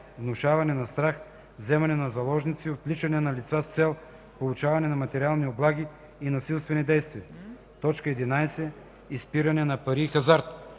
внушаване на страх, вземане на заложници, отвличане на лица с цел получаване на материални облаги и насилствени действия; 11. изпиране на пари и хазарт;